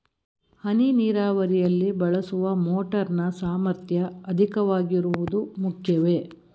ಹನಿ ನೀರಾವರಿಯಲ್ಲಿ ಬಳಸುವ ಮೋಟಾರ್ ನ ಸಾಮರ್ಥ್ಯ ಅಧಿಕವಾಗಿರುವುದು ಮುಖ್ಯವೇ?